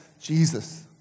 Jesus